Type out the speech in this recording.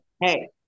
hey